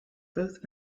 both